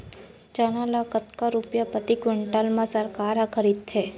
चना ल कतका रुपिया प्रति क्विंटल म सरकार ह खरीदथे?